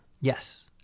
Yes